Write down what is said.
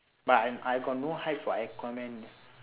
but I I got no hype for aquaman